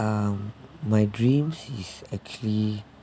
um my dream is actually